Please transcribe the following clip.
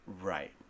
Right